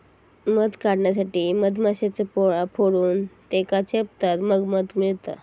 मध काढण्यासाठी मधमाश्यांचा पोळा फोडून त्येका चेपतत मग मध मिळता